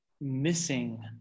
missing